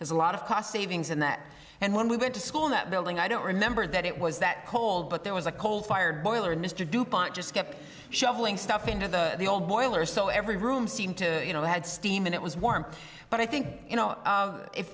there's a lot of cost savings in that and when we went to school in that building i don't remember that it was that cold but there was a coal fired boiler and mr dupont just kept shoveling stuff into the old boiler so every room seemed to you know had steam and it was warm but i think you know